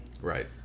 Right